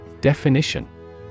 Definition